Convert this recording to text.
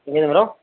எங்கேருந்து மேடம்